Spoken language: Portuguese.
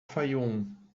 fayoum